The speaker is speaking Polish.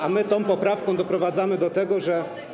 A my tą poprawką doprowadzamy do tego, że.